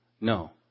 no